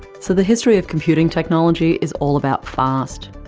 so, the history of computing technology is all about fast.